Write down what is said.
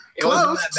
Close